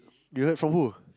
you heard from who